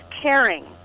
caring